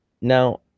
Now